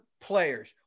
Players